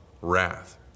wrath